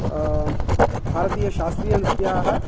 भारतीयशास्त्रीयनृत्याः